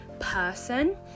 person